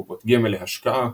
קופות גמל להשקעה,